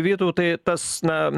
vytautai tas na